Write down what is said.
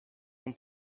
non